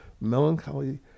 melancholy